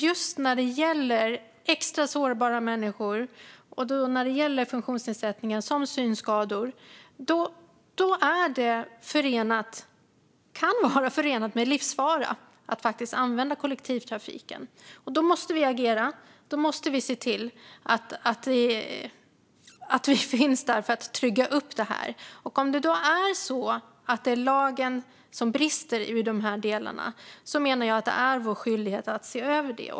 Just när det gäller extra sårbara människor med funktionsnedsättningar som synskador kan det vara förenat med livsfara att använda kollektivtrafiken. Då måste vi agera och se till att vi finns där för att trygga dem. Om det är lagen som brister i dessa delar menar jag att det är vår skyldighet att se över den.